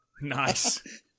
Nice